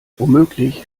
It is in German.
womöglich